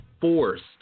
forced